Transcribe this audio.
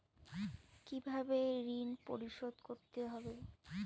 কিভাবে ঋণ পরিশোধ করতে হবে?